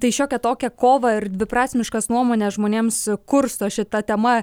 tai šiokią tokią kovą ir dviprasmiškas nuomones žmonėms kursto šita tema